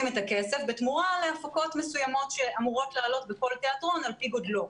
את הכסף בתמורה להפקות מסוימות שאמורות לעלות בכל תיאטרון על פי גודלו.